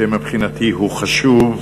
שמבחינתי הוא חשוב,